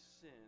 sin